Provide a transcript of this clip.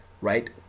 right